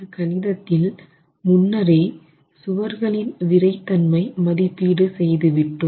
இந்த கணிதத்தில் முன்னரே சுவர்களின் விறைத்தன்மை மதிப்பீடு செய்து விட்டோம்